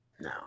No